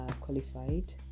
qualified